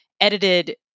edited